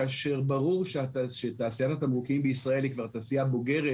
כאשר ברור שתעשיית התמרוקים בישראל היא כבר תעשייה בוגרת,